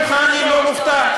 ממך אני לא מופתע.